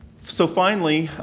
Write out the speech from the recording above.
so, finally,